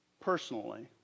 personally